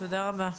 תודה רבה.